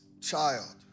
child